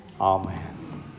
Amen